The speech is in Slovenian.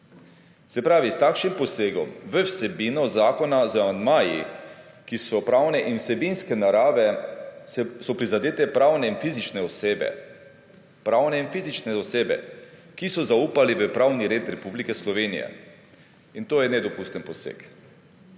Se pravi, s takšnim posegom v vsebino zakona z amandmaji, ki so prane in vsebinske narave, so prizadete pravne in fizične osebe. Pravne in fizične osebe, ki so zaupali v pravni red Republike Slovenije in to je nedopusten poseg.